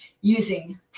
using